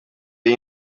iyi